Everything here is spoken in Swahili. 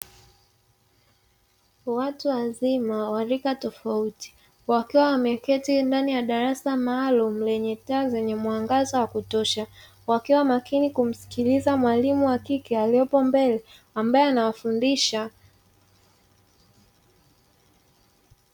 Watu wazima wa rika tofauti, wakiwa wameketi ndani ya darasa maalumu lenye taa zenye mwangaza wa kutosha, wakiwa makini kumsikiliza mwalimu wa kike aliyepo mbele ambaye anawafundisha.